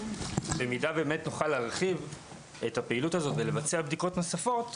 אם נתחיל להרחיב ולבצע בדיקות נוספות,